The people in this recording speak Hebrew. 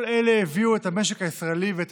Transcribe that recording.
כל אלה הביאו את המשק הישראלי ואת